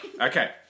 Okay